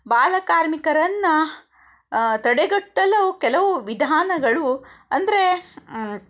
ಬಾಲಕಾರ್ಮಿಕರನ್ನು ತಡೆಗಟ್ಟಲು ಕೆಲವು ವಿಧಾನಗಳು ಅಂದ್ರೆ